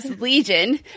Legion